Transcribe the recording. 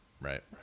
right